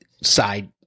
side